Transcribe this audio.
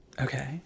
okay